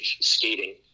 skating